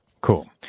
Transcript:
Cool